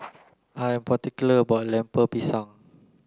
I am particular about Lemper Pisang